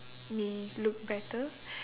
me look better